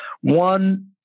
One